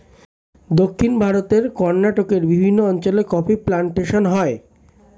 দক্ষিণ ভারতে কর্ণাটকের বিভিন্ন অঞ্চলে কফি প্লান্টেশন হয়